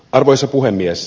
arvoisa puhemies